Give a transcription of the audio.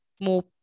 more